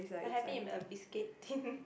I have it in a biscuit tin